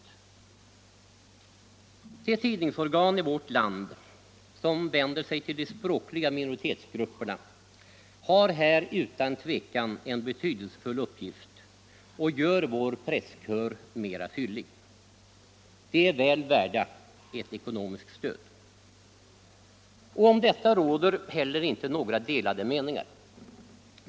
minoritetspolitiken, De tidningsorgan i vårt land som vänder sig till de språkliga mino = m.m. ritetsgrupperna har här utan tvivel en betydelsefull uppgift och gör vår presskör mera fyllig. De är väl värda ett ekonomiskt stöd. Om detta råder inte några delade meningar.